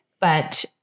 but-